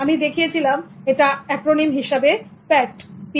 আমি দেখিয়েছিলাম এটা অ্যাক্রোনিম হিসাবে PAT